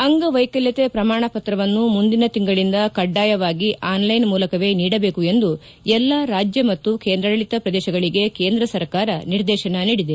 ಅಂಗವ್ಯೆಕಲ್ಕತೆ ಪ್ರಮಾಣ ಪತ್ರವನ್ನು ಮುಂದಿನ ತಿಂಗಳಿಂದ ಕಡ್ಡಾಯವಾಗಿ ಆನ್ಲೈನ್ ಮೂಲಕವೇ ನೀಡಬೇಕು ಎಂದು ಎಲ್ಲಾ ರಾಜ್ಯ ಮತ್ತು ಕೇಂದ್ರಾಡಳಿತ ಪ್ರದೇಶಗಳಿಗೆ ಕೇಂದ್ರ ಸರ್ಕಾರ ನಿರ್ದೇಶನ ನೀಡಿದೆ